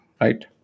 right